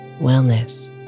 wellness